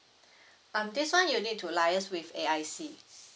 um this one you need to liaise with A_I_C